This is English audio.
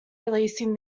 releasing